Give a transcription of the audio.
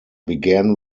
began